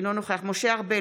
אינו נוכח משה ארבל,